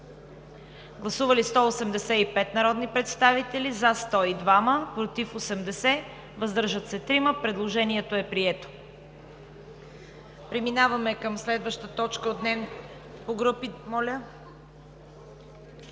Гласували 185 народни представители: за 102, против 80, въздържали се 3. Предложението е прието. Преминаваме към следваща точка от дневния ред.